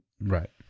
Right